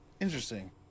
Interesting